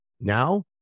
now